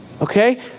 Okay